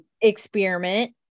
experiment